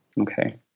Okay